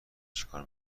چیکار